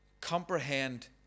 comprehend